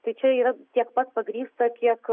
tai čia yra tiek pat pagrįsta kiek